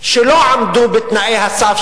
אמרתי את זה לשר.